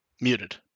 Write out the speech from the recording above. muted